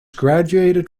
graduated